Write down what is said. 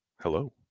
Hello